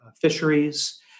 fisheries